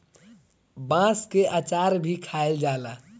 बांस के अचार भी खाएल जाला